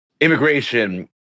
immigration